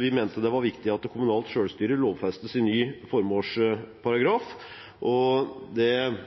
Vi mente det var viktig at kommunalt selvstyre ble lovfestet i ny formålsparagraf, og det